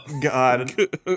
god